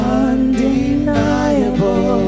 undeniable